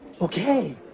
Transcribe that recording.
Okay